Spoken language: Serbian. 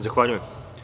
Zahvaljujem.